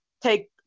take